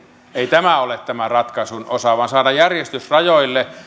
ei tämä ole tämän ratkaisun osa vaan saada järjestys rajoille